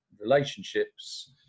relationships